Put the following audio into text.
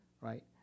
Right